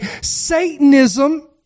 Satanism